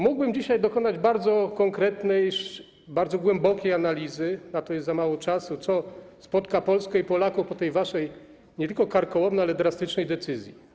Mógłbym dzisiaj dokonać bardzo konkretnej, bardzo głębokiej analizy - na to jest za mało czasu - co spotka Polskę i Polaków po tej waszej nie tylko karkołomnej, ale drastycznej decyzji.